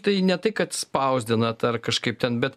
tai ne tai kad spausdinat ar kažkaip ten bet